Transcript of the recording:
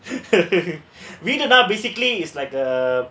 வீட்ல தான்:veetla thaan basically it's like a